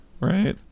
right